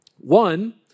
One